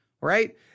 right